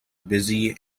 busy